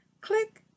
click